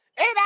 eight